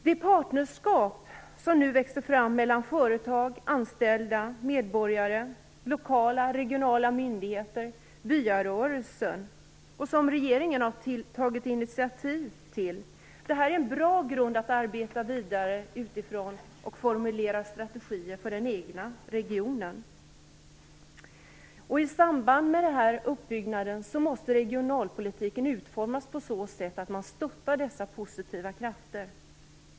Det partnerskap som nu växer fram mellan företag, anställda, medborgare, lokala och regionala myndigheter samt byarörelsen, och som regeringen nu tagit initiativ till, är en bra grund för att arbeta vidare och för att formulera strategier för den egna regionen. I samband med denna utbyggnad måste regionalpolitiken utformas på så sätt att man stöttar dessa positiva krafter.